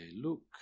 look